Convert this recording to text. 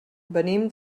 venim